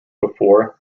before